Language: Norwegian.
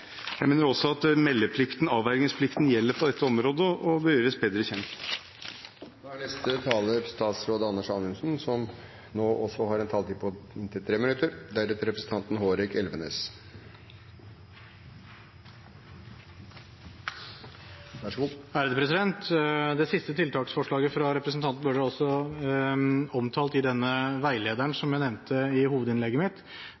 Jeg mener også at meldeplikten, avvergingsplikten, gjelder på dette området, og bør gjøres bedre kjent. Det siste tiltaksforslaget fra representanten Bøhler ble også omtalt i den veilederen som jeg nevnte i hovedinnlegget mitt,